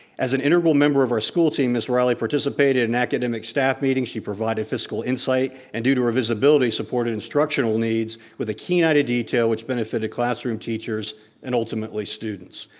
as an integral member of our school team, miss riley participated in academic staff meetings, she provided fiscal insight, and due to her visibility, supported and structural needs with a keen eye to detail, which benefited classroom teachers and ultimately students.